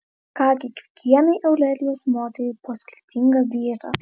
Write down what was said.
ką gi kiekvienai aurelijos moteriai po skirtingą vyrą